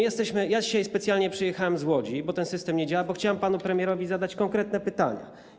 Ja dzisiaj specjalnie przyjechałem z Łodzi, ponieważ ten system nie działa, a chciałem panu premierowi zadać konkretne pytania.